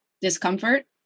discomfort